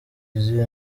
izihe